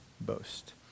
boast